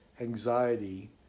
anxiety